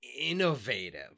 innovative